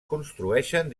construeixen